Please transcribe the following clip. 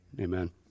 Amen